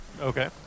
Okay